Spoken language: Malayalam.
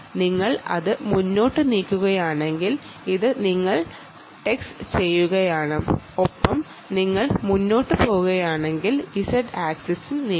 നിങ്ങൾ അത് മുന്നോട്ട് നീക്കുകയാണെങ്കിൽ അത് നിങ്ങൾ ടെക്സ്റ്റ് ചെയ്യുകയാണ് എന്നാണ് അർത്ഥം ഒപ്പം നിങ്ങൾ മുന്നോട്ട് പോകുകയാണെങ്കിൽ z ആക്സിസും നീങ്ങും